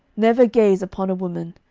never gaze upon a woman,